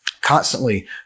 constantly